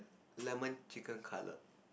lemon chicken cutlet